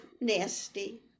nasty